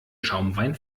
schaumwein